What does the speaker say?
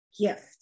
gift